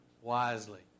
wisely